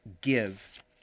give